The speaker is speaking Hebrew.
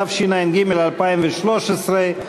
התשע"ג 2013,